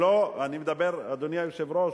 שלא, אני מדבר, אדוני היושב-ראש,